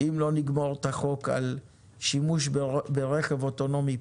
אם לא נגמור את החוק על שימוש ברכב אוטונומי,